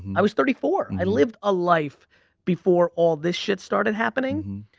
i was thirty four, and i lived a life before all this shit started happening.